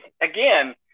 Again